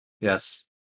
Yes